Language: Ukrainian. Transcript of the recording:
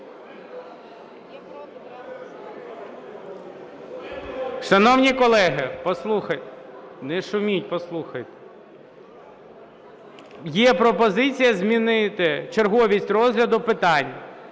Шановні колеги, послухайте. Не шуміть, послухайте. Є пропозиція змінити черговість розгляду питань.